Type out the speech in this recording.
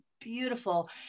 beautiful